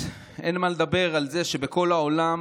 אין מה לדבר על זה שבכל העולם